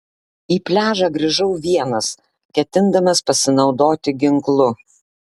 į pliažą grįžau vienas ketindamas pasinaudoti ginklu